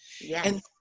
Yes